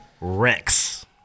Rex